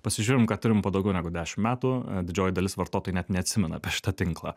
pasižiūrim ką turim po daugiau negu dešim metų didžioji dalis vartotojų net neatsimena apie šitą tinklą